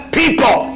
people